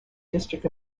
district